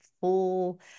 full